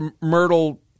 Myrtle